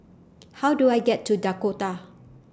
How Do I get to Dakota